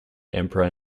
emperor